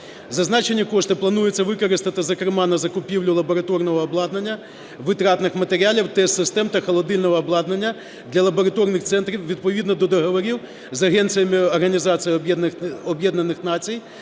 Зазначені кошти планується використати, зокрема, на закупівлю лабораторного обладнання, витратних матеріал, тест-систем та холодильного обладнання для лабораторних центрів відповідно до договорів з агенціями